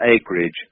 acreage